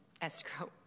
escrow